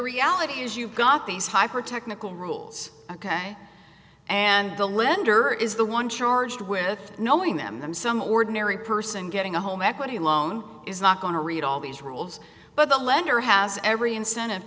reality is you've got these hyper technical rules ok and the lender is the one charged with knowing them them some ordinary person getting a home equity loan is not going to read all these rules but the lender has every incentive